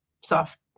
soft